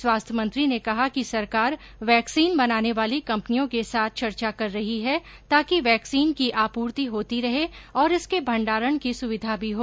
स्वास्थ्य मंत्री ने कहा कि सरकार वैक्सीन बनाने वाली कंपनियों के साथ चर्चा कर रही है ताकि वैक्सीन की आपूर्ति होती रहे और इसके भंडारण की सुविधा भी हो